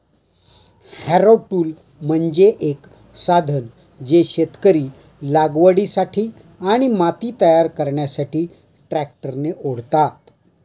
Harrow tool म्हणजे एक साधन जे शेतकरी लागवडीसाठी आणि माती तयार करण्यासाठी ट्रॅक्टरने ओढतात